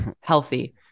healthy